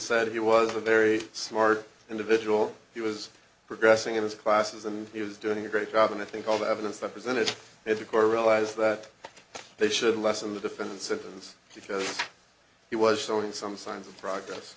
said he was a very smart individual he was progressing in his classes and he was doing a great job and i think all the evidence that presented it to court realize that they should lessen the defendant's sentence because he was showing some signs of progress